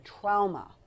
Trauma